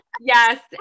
Yes